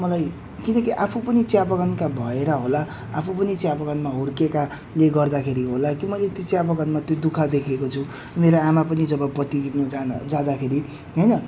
मलाई किनकि चिया बगानका भएर होला आफू पनि चिया बगानमा हुर्केकाले गर्दाखेरि होला कि मैले त्यो चिया बगानमा त्यो दुःख देखेको छु मेरो आमा पनि जब पत्ती टिप्न जान जाँदाखेरि होइन